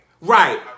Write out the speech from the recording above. Right